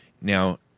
Now